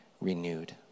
renewed